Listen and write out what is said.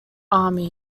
army